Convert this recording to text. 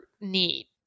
need